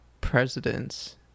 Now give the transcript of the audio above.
presidents